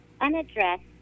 unaddressed